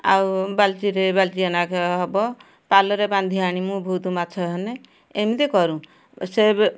ଆଉ ବାଲ୍ଟିରେ ବାଲ୍ଟିଏ ଲେଖା ହବ ପାଲରେ ବାନ୍ଧି ଆଣିମୁ ବହୁତ ମାଛ ହେଲେ ଏମିତି କରୁ ସେ